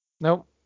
Nope